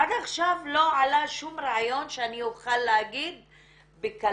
עד עכשיו לא עלה שום רעיון שאני יכולה להגיד בקלות,